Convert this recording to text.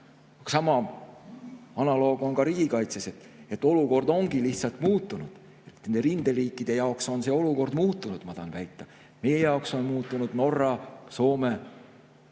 edasi. Analoogiat näeb ka riigikaitses. Olukord ongi lihtsalt muutunud. Rinderiikide jaoks on olukord muutunud, ma tahan väita. Meie jaoks on muutunud. Norra, Soome,